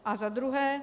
A za druhé.